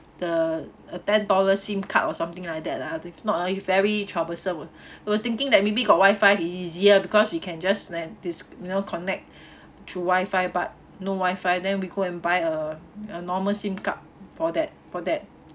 the a ten dollar SIM card or something like that lah if not it's very troublesome ah I was thinking that maybe got wifi easier because you can just when dis~ you know connect to wifi but no wifi then we go and buy uh a normal SIM card for that for that